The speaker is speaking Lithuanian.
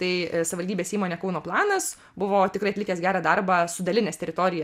tai savivaldybės įmonė kauno planas buvo tikrai atlikęs gerą darbą sudalinęs teritoriją